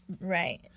Right